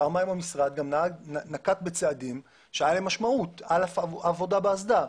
פעמיים המשרד נקט בצעדים שהייתה להם משמעות על העבודה באסדה.